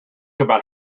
about